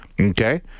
Okay